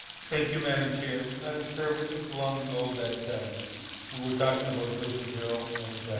thank you, madam chair. madam chair, it wasn't too long ago that we were talking about vision zero, and